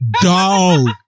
dog